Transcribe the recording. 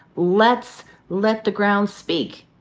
let's let the ground speak.